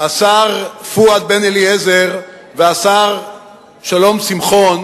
השר פואד בן-אליעזר והשר שלום שמחון,